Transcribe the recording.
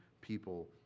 people